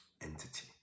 entity